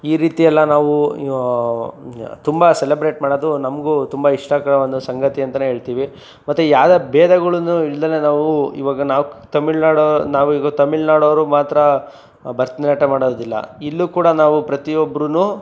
ಈ ರೀತಿಯೆಲ್ಲ ನಾವು ತುಂಬ ಸೆಲೆಬ್ರೇಟ್ ಮಾಡೋದು ನಮಗು ತುಂಬ ಇಷ್ಟಕರವಾದ ಸಂಗತಿ ಅಂತ ಹೇಳ್ತಿವಿ ಮತ್ತು ಯಾವುದೇ ಭೇದಗಳುನ್ನು ಇಲ್ಲದಲೇ ನಾವು ಇವಾಗ ನಾವು ತಮಿಳುನಾಡು ನಾವೀಗ ತಮಿಳುನಾಡೋರು ಮಾತ್ರ ಭರತನಾಟ್ಯ ಮಾಡೋದಿಲ್ಲ ಇಲ್ಲೂ ಕೂಡ ನಾವು ಪ್ರತಿಯೊಬ್ರು